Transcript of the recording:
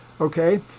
Okay